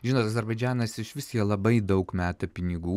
žinot azerbaidžianas iš vis jie labai daug meta pinigų į tą